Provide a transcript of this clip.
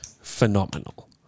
phenomenal